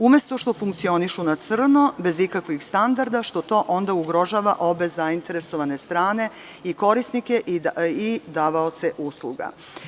Umesto što funkcionišu na crno, bez ikakvih standarda, što to onda ugrožava obe zainteresovane strane i korisnike i davaoce usluga.